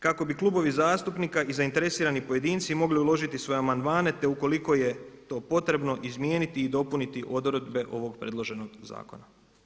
Kako bi klubovi zastupnika i zainteresirani pojedinci mogli uložiti svoje amandmane te ukoliko je to potrebno izmijeniti i dopuniti odredbe ovog predloženog zakona.